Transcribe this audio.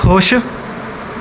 ਖੁਸ਼